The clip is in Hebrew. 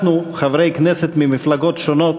אנחנו, חברי כנסת ממפלגות שונות,